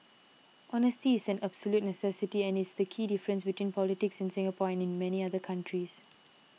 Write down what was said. honesty is an absolute necessity and is the key difference between politics in Singapore and in many other countries